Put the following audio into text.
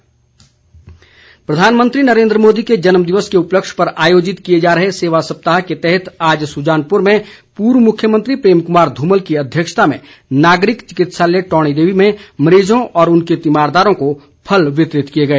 धुमल प्रधानमंत्री नरेंद्र मोदी के जन्मदिवस के उपलक्ष्य पर आयोजित किए जा रहे सेवा सप्ताह के तहत आज सुजानपुर में पूर्व मुख्यमंत्री प्रेम कुमार ध्रमल की अध्यक्षता में नागरिक चिकित्सालय टौणीदेवी में मरीजों व उनके तीमारदारों को फल वितरित किए गए